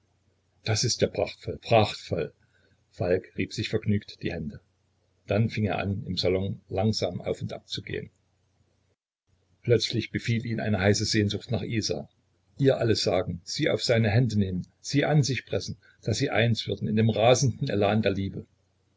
das ist ja prachtvoll prachtvoll falk rieb sich vergnügt die hände dann fing er an im salon langsam auf und abzugehen plötzlich befiel ihn eine heiße sehnsucht nach isa ihr alles sagen sie auf seine hände nehmen sie an sich pressen daß sie eins würden in dem rasenden elan der liebe